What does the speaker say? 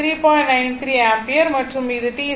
93 ampere மற்றும் இது t 0